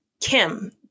Kim